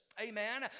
Amen